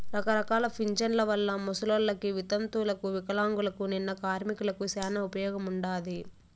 రకరకాల పింఛన్ల వల్ల ముసలోళ్ళకి, వితంతువులకు వికలాంగులకు, నిన్న కార్మికులకి శానా ఉపయోగముండాది